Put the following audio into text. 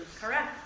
Correct